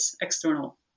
external